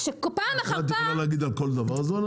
את זה את יכולה להגיד על כל דבר.